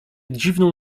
dziwną